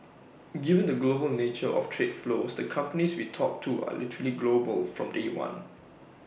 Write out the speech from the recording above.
given the global nature of trade flows the companies we talk to are literally global from day one